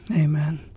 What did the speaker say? Amen